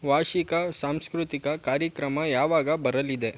ವಾರ್ಷಿಕ ಸಾಂಸ್ಕೃತಿಕ ಕಾರ್ಯಕ್ರಮ ಯಾವಾಗ ಬರಲಿದೆ